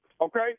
okay